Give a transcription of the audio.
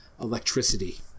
electricity